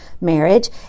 marriage